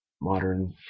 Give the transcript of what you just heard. modern